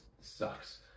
sucks